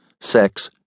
sex